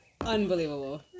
Unbelievable